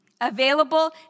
available